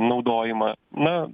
naudojimą na